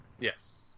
Yes